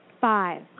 Five